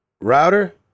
Router